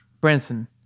Branson